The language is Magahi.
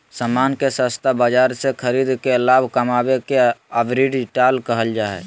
सामान के सस्ता बाजार से खरीद के लाभ कमावे के आर्बिट्राज कहल जा हय